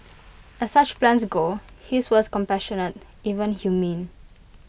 as such plans go his was compassionate even humane